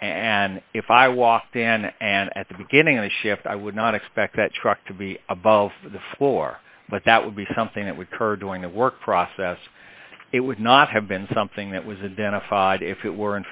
and if i walk dan and at the beginning of the shift i would not expect that truck to be above the floor but that would be something that would curb doing the work process it would not have been something that was and then a fired if it were in